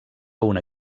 una